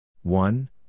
One